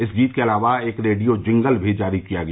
इस गीत के अलावा एक रेडियो जिंगल भी जारी किया गया